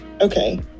okay